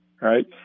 right